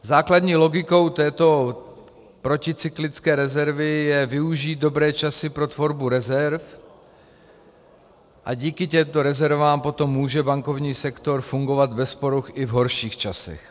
Základní logikou této proticyklické rezervy je využít dobré časy pro tvorbu rezerv a díky těmto rezervám potom může bankovní sektor fungovat bez poruch i v horších časech.